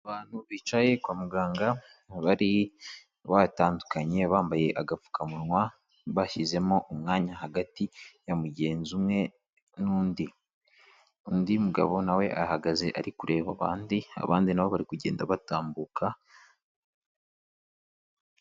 Abantu bicaye kwa muganga bari batandukanye bambaye agapfukamunwa bashyizemo umwanya hagati ya mugenzi umwe n'undi, undi mugabo na we ahagaze ari kureba abandi, abandi na bo bari kugenda batambuka.